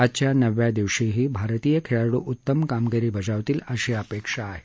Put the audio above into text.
आजच्या नव्या दिवशीही भारतीय खेळाडू उत्तम कामगिरी बजावतील अशी अपेक्षा आहे